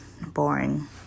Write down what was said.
boring